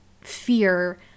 fear